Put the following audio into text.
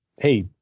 hey,